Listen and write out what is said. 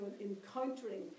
encountering